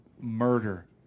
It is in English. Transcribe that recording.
Murder